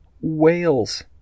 Wales